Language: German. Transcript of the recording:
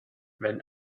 wenn